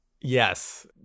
Yes